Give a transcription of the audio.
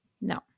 No